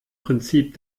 prinzip